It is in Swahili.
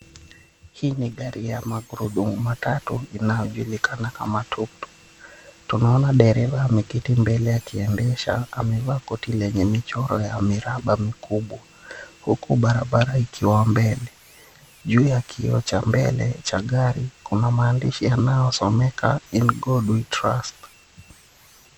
Hii ni gari ya magurudumu matatu inayo julikana kama tuktuk, tunaona dereva ameketi mbele akiendesha amevaa koti lenye michoro ya miraba mikubwa huku barabara ikiwa mbele juu ya kioo cha mbele cha gari kuna maandishi yanayosomeka, "In God we trust" .